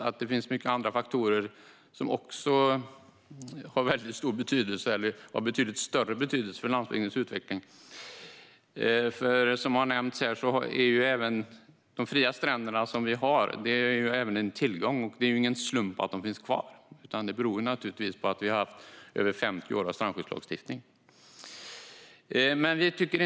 Det finns många andra faktorer som också har stor eller betydligt större betydelse för landsbygdens utveckling. Som nämnts här är de fria stränder vi har även en tillgång, och det är ingen slump att de finns kvar. Det beror naturligtvis på att vi haft strandskyddslagstiftning i över 50 år.